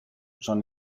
j’en